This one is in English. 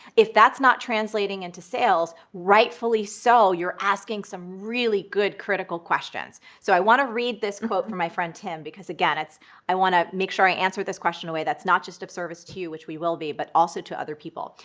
if that's not translating into sales, rightfully so, you're asking some really good critical questions. so i wanna read this quote from my friend tim, because again, it's i wanna make sure i answer this question in a way that's not just a service to you, which we will be, but also to other people.